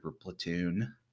platoon